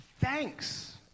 Thanks